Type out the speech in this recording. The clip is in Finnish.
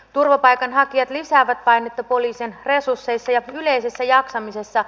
turvapaikanhakijat lisäävät painetta poliisin resursseissa ja yleisessä jaksamisessa